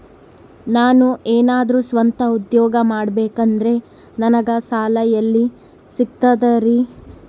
ನಾನು ಏನಾದರೂ ಸ್ವಂತ ಉದ್ಯೋಗ ಮಾಡಬೇಕಂದರೆ ನನಗ ಸಾಲ ಎಲ್ಲಿ ಸಿಗ್ತದರಿ?